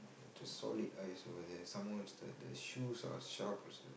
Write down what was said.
just solid ice over there some more is the the shoes are sharp also